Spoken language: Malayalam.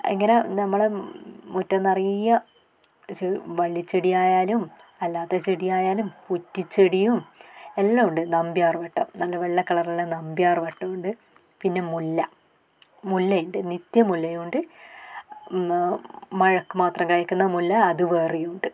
അങ്ങനെ നമ്മളുടെ മുറ്റം നിറയെ ചെ വള്ളി ചെടിയായാലും അല്ലാതെ ചെടിയായാലും കുറ്റി ചെടിയും എല്ലാമുണ്ട് നന്ത്യാർവട്ടം നല്ല വെള്ള കളറുള്ള നന്ത്യാർവട്ടമുണ്ട് പിന്നെ മുല്ല മുല്ല ഉണ്ട് നിത്യ മുല്ലയുണ്ട് മഴക്ക് മാത്രം കായ്ക്കുന്ന മുല്ല അത് വേറെയുണ്ട്